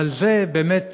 ועל זה באמת